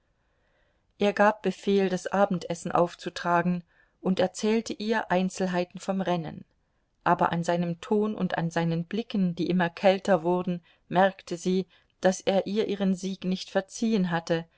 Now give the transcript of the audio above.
er gab befehl das abendessen aufzutragen und erzählte ihr einzelheiten vom rennen aber an seinem ton und an seinen blicken die immer kälter wurden merkte sie daß er ihr ihren sieg nicht verziehen hatte